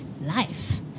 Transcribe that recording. life